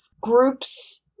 groups